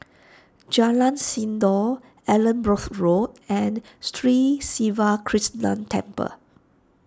Jalan Sindor Allanbrooke Road and Sri Siva Krishna Temple